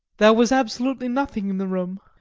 there was absolutely nothing in the room,